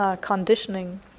conditioning